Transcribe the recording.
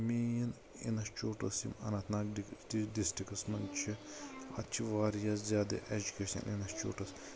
main institute اوس یِم اننت ناگ ڈس ڈسٹرکس منٛز چھُ اتہِ چھِ واریاہ زیادٕ اٮ۪جکیشن انسچوٗٹٕس